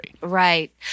Right